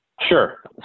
Sure